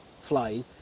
fly